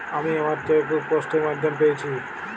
আমি আমার chequebook post এর মাধ্যমে পেয়েছি